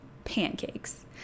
pancakes